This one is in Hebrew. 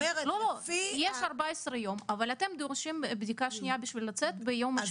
יש 14 יום אבל אתם דורשים בדיקה שנייה בשביל לצאת ביום השביעי.